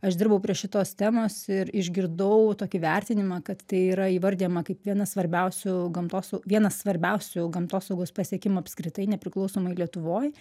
aš dirbau prie šitos temos ir išgirdau tokį vertinimą kad tai yra įvardijama kaip vienas svarbiausių gamtosau vienas svarbiausių gamtosaugos pasiekimų apskritai nepriklausomoj lietuvoj